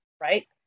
right